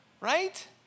right